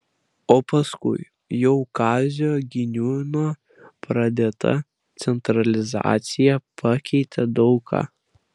o paskui jau kazio giniūno pradėta centralizacija pakeitė daug ką